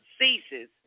ceases